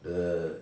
the